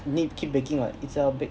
need keep baking what 一直要 bake